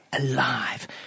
alive